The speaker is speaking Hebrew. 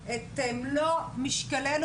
את יכולה לבוא ולהגיד לי: